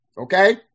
Okay